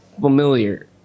familiar